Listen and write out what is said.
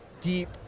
deep